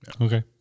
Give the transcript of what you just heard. Okay